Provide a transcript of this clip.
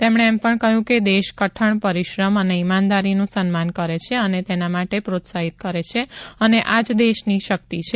તેમણે એમ પણ કહયું કે દેશ કઠણ પરિશ્રમ અને ઈમાનદારીનું સન્માન કરે છે અને તેના માટે પ્રોત્સાહિત કરે છે અને આ જ દેશની શકિત છે